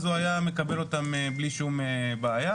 אז הוא היה מקבל אותם בלי שום בעיה,